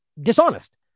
dishonest